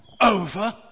Over